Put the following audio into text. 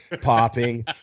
popping